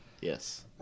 Yes